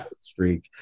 streak